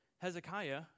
Hezekiah